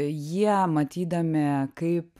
jie matydami kaip